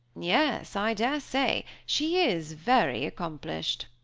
yes, i daresay she is very accomplished.